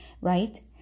right